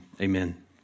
amen